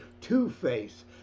Two-Face